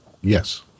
Yes